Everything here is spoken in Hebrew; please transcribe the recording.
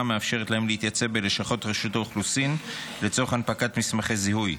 המאפשרת להם להתייצב בלשכות רשות האוכלוסין לצורך הנפקת מסמכי זיהוי.